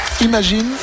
Imagine